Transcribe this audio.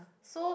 so